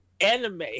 anime